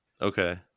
Okay